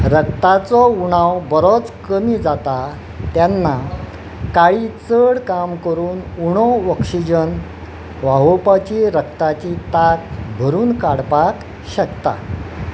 रक्ताचो उणाव बरोच कमी जाता तेन्ना काळी चड काम करून उणो ऑक्सिजन व्हावोवपाची रक्ताची ताक भरून काडपाक शकता